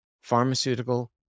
pharmaceutical